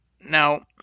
Now